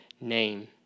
name